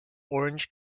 orange